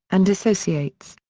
and associates.